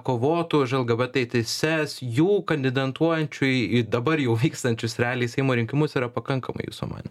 kovotų už lgbt teises jų kandidantuojančių į į dabar jau vykstančius realiai seimo rinkimus yra pakankamai jūsų manym